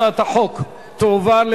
התשע"א 2011,